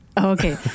okay